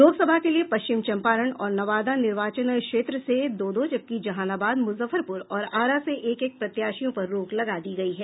लोकसभा के लिए पश्चिम चम्पारण और नवादा निर्वाचन क्षेत्र से दो दो जबकि जहानाबाद मुजफ्फरपुर और आरा से एक एक प्रत्याशियों पर रोक लगा दी गयी है